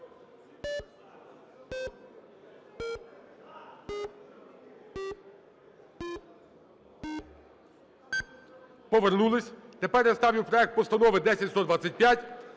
Повернулися. Тепер я ставлю проект постанови 10125